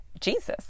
Jesus